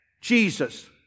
Jesus